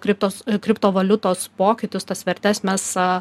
kriptos kriptovaliutos pokytis tas vertes mes e